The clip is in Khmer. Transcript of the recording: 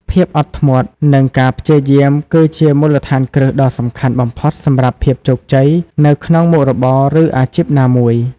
ភាពអត់ធ្មត់ និងការព្យាយាម គឺជាមូលដ្ឋានគ្រឹះដ៏សំខាន់បំផុតសម្រាប់ភាពជោគជ័យនៅក្នុងមុខរបរ ឬអាជីពណាមួយ។